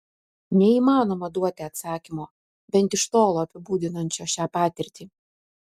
neįmanoma duoti atsakymo bent iš tolo apibūdinančio šią patirtį